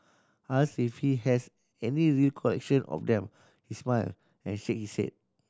asked if he has any recollection of them he smile and shake his head